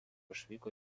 išvyko